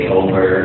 over